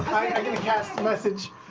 i mean cast message.